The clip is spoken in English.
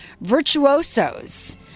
virtuosos